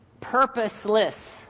purposeless